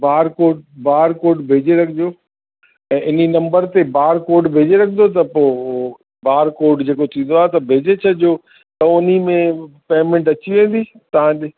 बार को bar code भेजे रखिजो ऐं इन्ही नम्बर ते बार कोड भेजे रखिजो त पोइ बार कोड जेको थींदो आहे त भेजे छॾिजो त उन्ही में पेमेंट अची वेंदी तव्हां ॾे